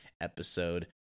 episode